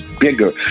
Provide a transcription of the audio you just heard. bigger